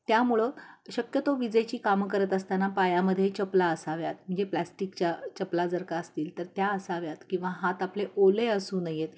त्यामुळं शक्यतो विजेची कामं करत असताना पायामध्ये चपला असाव्यात म्हणजे प्लास्टिकच्या चपला जर का असतील तर त्या असाव्यात किंवा हात आपले ओले असू नयेत